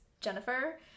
Jennifer